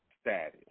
status